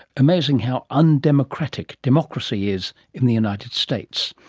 amazing how undemocratic democracy is in the united states.